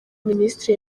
minisitiri